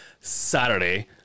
Saturday